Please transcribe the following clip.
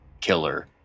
killer